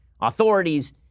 authorities